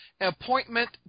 appointment